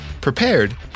prepared